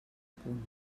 punt